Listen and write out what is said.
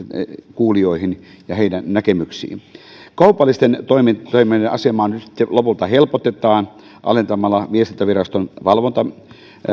kuulijoihin ja heidän näkemyksiinsä kaupallisten toimijoiden asemaa nyt sitten lopulta helpotetaan alentamalla viestintäviraston valvontamaksua